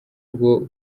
bwo